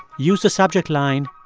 use the subject line,